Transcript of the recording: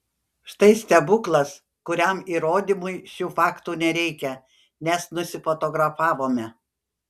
štai stebuklas kuriam įrodymui šių faktų nereikia nes nusifotografavome